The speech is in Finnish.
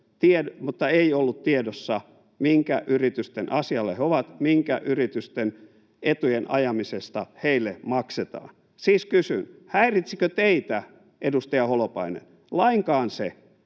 mutta ei ollut tiedossa, minkä yritysten asialla he ovat, minkä yritysten etujen ajamisesta heille maksetaan. Siis kysyn: häiritsikö teitä, edustaja Holopainen, lainkaan se,